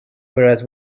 whereas